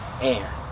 air